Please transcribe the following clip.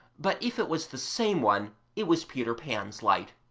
but if it was the same one, it was peter pan's light.